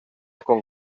con